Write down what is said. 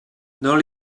dans